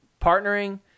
Partnering